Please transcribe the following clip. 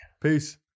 Peace